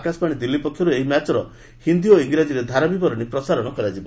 ଆକାଶବାଣୀ ଦିଲ୍ଲୀ ପକ୍ଷରୁ ଏହି ମ୍ୟାଚର ହିନ୍ଦୀ ଓ ଇଂରାଜୀରେ ଧାରା ବିବରଣୀ ପ୍ରସାରଣ କରାଯିବ